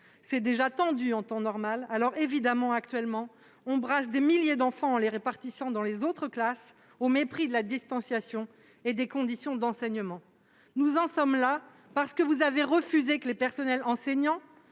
étant déjà tendue en temps normal, actuellement on brasse des milliers d'enfants en les répartissant dans d'autres classes, au mépris de la distanciation et des conditions d'enseignement. Nous en sommes là parce que vous avez refusé que les personnels enseignants,